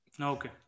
Okay